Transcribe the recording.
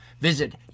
Visit